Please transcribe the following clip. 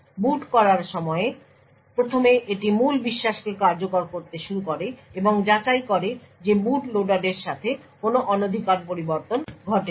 বুট করার সময় প্রথমে এটি মূল বিশ্বাসকে কার্যকর করতে শুরু করে এবং যাচাই করে যে বুট লোডারের সাথে কোনো অনধিকার পরিবর্তন ঘটেনি